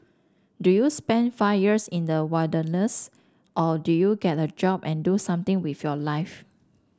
do you spend five years in the wilderness or do you get a job and do something with your life